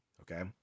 Okay